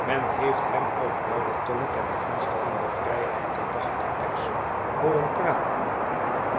men heeft hem op luiden toon ten gunste van de vrijheid der dagbladpers hooren praten